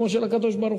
שמו של הקדוש-ברוך-הוא,